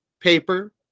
paper